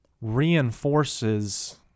reinforces